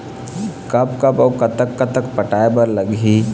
कब कब अऊ कतक कतक पटाए बर लगही